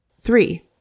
Three